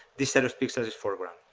these set of pixels is foreground.